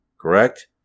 Correct